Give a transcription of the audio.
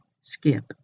skip